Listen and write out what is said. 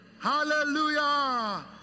Hallelujah